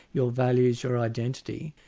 your values, your identity,